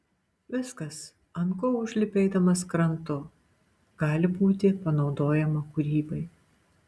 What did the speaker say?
viskas ant ko užlipi eidamas krantu gali būti panaudojama kūrybai